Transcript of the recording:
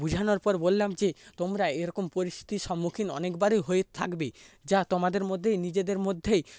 বুঝানোর পর বললাম যে তোমরা এরকম পরিস্থিতির সম্মুখীন অনেকবারই হয়ে থাকবে যা তোমাদের মধ্যেই নিজেদের মধ্যেই